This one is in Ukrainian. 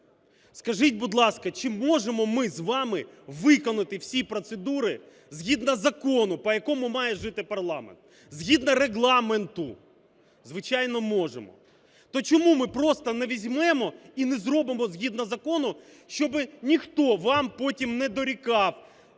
Скажіть, будь ласка, чи можемо ми з вами виконати всі процедури згідно закону, по якому має жити парламент, згідно Регламенту? Звичайно, можемо. То чому ми просто не візьмемо і не зробимо згідно закону, щоб ніхто вам потім не дорікав